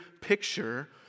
picture